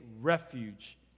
refuge